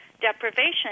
deprivation